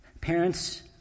Parents